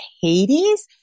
Hades